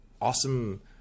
awesome